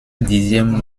dixième